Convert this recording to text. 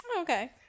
okay